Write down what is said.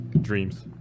dreams